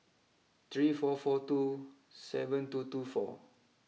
three four four two seven two two four